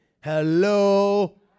Hello